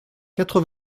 quatre